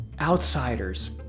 outsiders